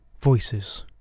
Voices